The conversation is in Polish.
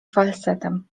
falsetem